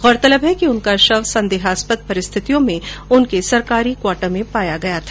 गौरतलब है कि उनका शव संदेहास्पद परिस्थितियों में उनके सरकारी क्वाटर में पाया गया था